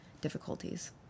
difficulties